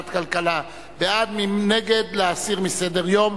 לוועדת הכלכלה, בעד, מי שנגד, להסיר מסדר-היום.